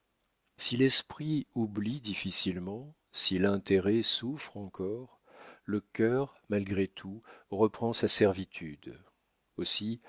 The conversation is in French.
si l'esprit oublie difficilement si l'intérêt souffre encore le cœur malgré tout reprend sa servitude aussi